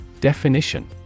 Definition